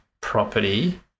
property